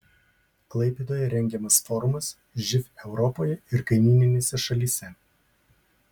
klaipėdoje rengiamas forumas živ europoje ir kaimyninėse šalyse